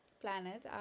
planet